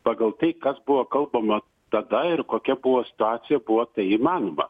pagal tai kas buvo kalbama tada ir kokia buvo situacija buvo tai įmanoma